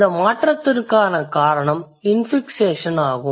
இந்த மாற்றத்திற்கான காரணம் இன்ஃபிக்ஸேஷன் ஆகும்